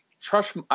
trust